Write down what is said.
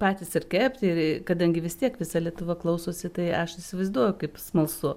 patys ir kepti ir kadangi vis tiek visa lietuva klausosi tai aš įsivaizduoju kaip smalsu